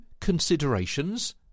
considerations